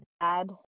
add